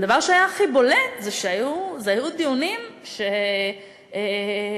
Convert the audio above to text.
הדבר שהיה הכי בולט זה שהיו דיונים על הנושא,